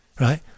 right